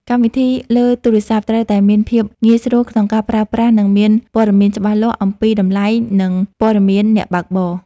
កម្មវិធីលើទូរស័ព្ទត្រូវតែមានភាពងាយស្រួលក្នុងការប្រើប្រាស់ និងមានព័ត៌មានច្បាស់លាស់អំពីតម្លៃ ឬព័ត៌មានអ្នកបើកបរ។